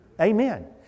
Amen